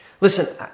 Listen